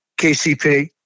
KCP